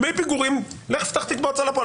דמי פיגורים לך תפתח תיק בהוצאה לפועל,